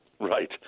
Right